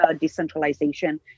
decentralization